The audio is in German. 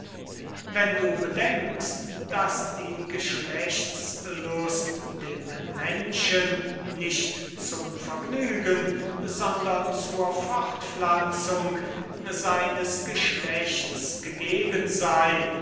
wenn du bedenkst daß die geschlechtslust dem menschen nicht zum vergnügen sondern zur fortpflanzung seines geschlechts gegeben sei